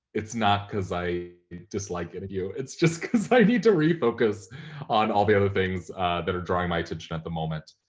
it's not cause i dislike it of you, it's just cause i need to really on all the other things that are drawing my attention at the moment.